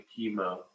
chemo